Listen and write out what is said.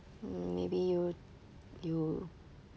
mm maybe you you